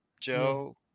Joe